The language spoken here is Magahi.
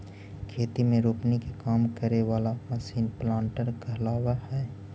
खेती में रोपनी के काम करे वाला मशीन प्लांटर कहलावऽ हई